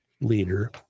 Leader